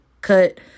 cut